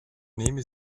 nehme